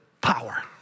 power